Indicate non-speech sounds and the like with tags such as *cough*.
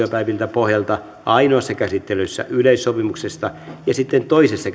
pohjalta ainoassa käsittelyssä yleissopimuksesta ja sitten toisessa *unintelligible*